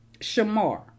Shamar